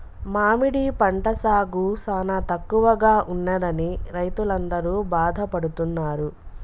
మామిడి పంట సాగు సానా తక్కువగా ఉన్నదని రైతులందరూ బాధపడుతున్నారు